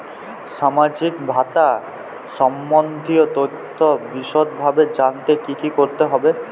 সামাজিক ভাতা সম্বন্ধীয় তথ্য বিষদভাবে জানতে কী করতে হবে?